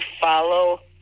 follow